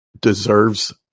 deserves